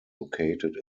located